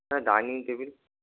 dining table